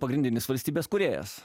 pagrindinis valstybės kūrėjas